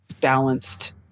balanced